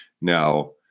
Now